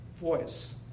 voice